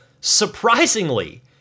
surprisingly